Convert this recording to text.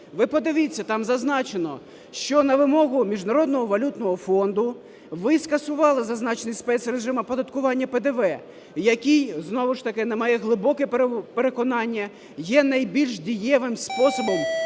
Ви подивіться, там зазначено, що на вимогу Міжнародного валютного фонду ви скасували зазначений спецрежим оподаткування ПДВ, який, знову ж таки на моє глибоке переконання, є найбільш дієвим способом